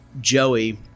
Joey